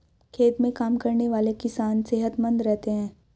खेत में काम करने वाले किसान सेहतमंद रहते हैं